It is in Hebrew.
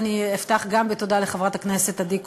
אני אפתח בתודה לחברת הכנסת עדי קול,